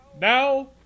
Now